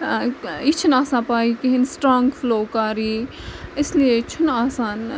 یہِ چھُنہٕ آسان پاے کہیٖنۍ سٹرانگ فٔلو کر یی اس لیے چھُنہٕ آسان